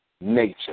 nature